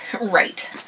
Right